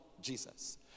Jesus